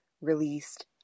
released